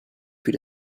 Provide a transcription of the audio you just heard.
für